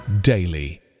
daily